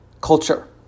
culture